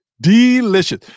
Delicious